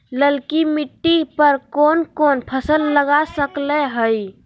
ललकी मिट्टी पर कोन कोन फसल लगा सकय हियय?